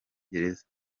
gereza